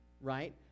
right